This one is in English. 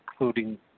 including